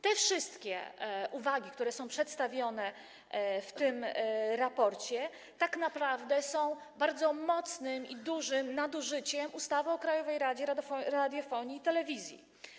Te wszystkie uwagi, które są przedstawione w tym raporcie, tak naprawdę mówią o bardzo mocnym i dużym nadużyciu ustawy o Krajowej Rady Radiofonii i Telewizji.